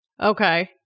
Okay